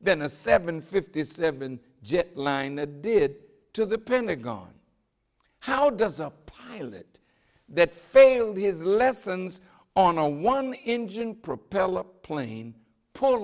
than a seven fifty seven jetliner did to the pentagon how does a pilot that failed his lessons on a one engine propeller plane pull